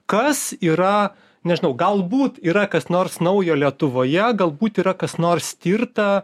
kas yra nežinau galbūt yra kas nors naujo lietuvoje galbūt yra kas nors tirta